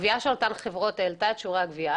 הגבייה של אותן חברות העלתה את שיעורי הגבייה,